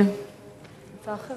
אנחנו עוברים,